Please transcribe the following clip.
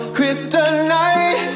Kryptonite